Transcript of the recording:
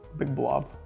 big blob.